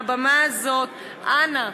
מהבמה הזאת: אנא,